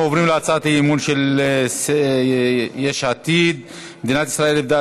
אנחנו עוברים להצעת אי-אמון של יש עתיד: מדינת ישראל איבדה